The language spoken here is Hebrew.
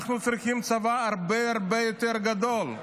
אנחנו צריכים צבא הרבה הרבה יותר גדול.